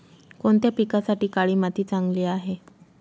कोणत्या पिकासाठी काळी माती चांगली आहे?